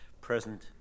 present